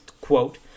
quote